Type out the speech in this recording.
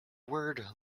word